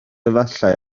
efallai